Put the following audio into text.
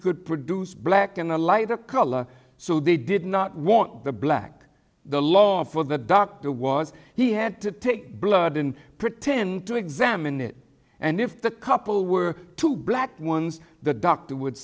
could produce black in a lighter color so they did not want the black the law for the doctor was he had to take blood and pretend to examine it and if the couple were two black ones the doctor would